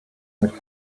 mit